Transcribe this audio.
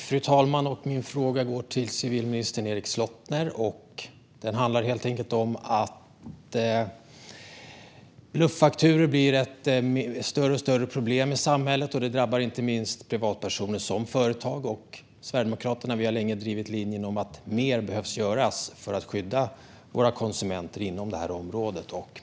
Fru talman! Min fråga går till civilminister Erik Slottner. Bluffakturor blir ett större och större problem i samhället. Det drabbar både privatpersoner och företag, och Sverigedemokraterna har länge drivit linjen att mer behöver göras för att skydda våra konsumenter inom detta område.